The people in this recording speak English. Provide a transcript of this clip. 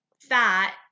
fat